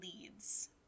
leads